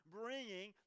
bringing